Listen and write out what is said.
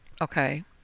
Okay